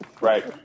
Right